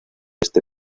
este